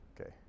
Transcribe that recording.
Okay